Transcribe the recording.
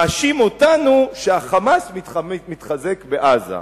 מאשים אותנו שה"חמאס" מתחזק בעזה.